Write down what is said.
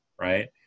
right